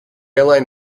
airline